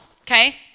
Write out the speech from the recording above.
okay